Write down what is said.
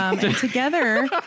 together